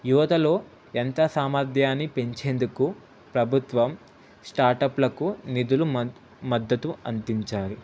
యువతలో ఎంత సామర్థ్యాన్ని పెంచేందుకు ప్రభుత్వం స్టార్టఅప్లకు నిధులు మ మద్దతు అందించాలి